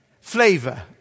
Flavor